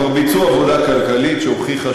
אז כבר ביצעו עבודה כלכלית שהוכיחה